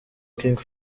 king